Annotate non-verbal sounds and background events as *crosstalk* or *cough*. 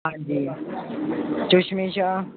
ਹਾਂਜੀ *unintelligible* ਆ